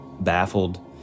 Baffled